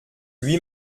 lui